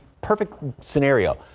perfect scenario.